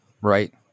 right